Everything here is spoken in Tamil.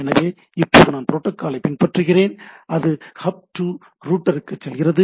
எனவே இப்போது நான் புரோட்டோக்காலை பின்பற்றுகிறேன் அது ஹப் டு ரூட்டருக்கு செல்கிறது